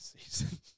season